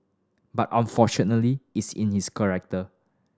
but unfortunately it's in his collector